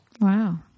Wow